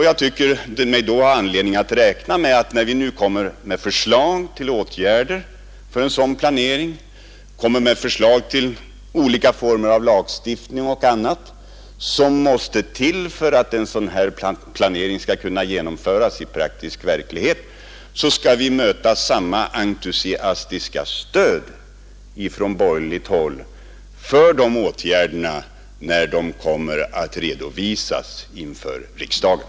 Jag tycker mig då också ha anledning räkna med att när vi nu lägger fram förslag till åtgärder för en dylik planering och förslag till lagstiftning och annat som måste till för att planeringen skall kunna genomföras i den praktiska verkligheten, så skall vi få ett lika entusiastiskt stöd från borgerligt håll när besluten skall fattas i riksdagen.